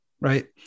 right